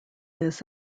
this